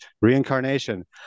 reincarnation